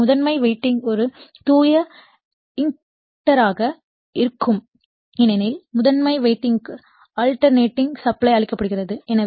எனவே முதன்மை வைண்டிங் ஒரு தூய இண்டக்டராக இருக்கும் ஏனெனில் முதன்மை வைண்டிங்க்கு அல்டெர்னேட்டிங் சப்ளை அளிக்கப்படுகிறது